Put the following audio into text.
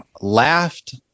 laughed